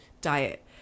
diet